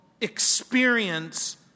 experience